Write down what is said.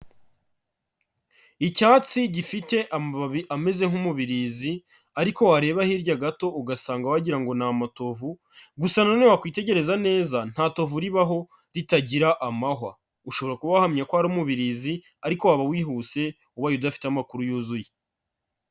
Icyatsi gifite amababi ameze nk'umubirizi ariko wareba hirya gato ugasanga wagira ngo ni amatovu, gusa nanone wakwitegereza neza nta tovu ribaho ritagira amahwa. Ushobora kuba wahamya ko ari umubirizi ariko waba wihuse uba udafite amakuru yuzuye.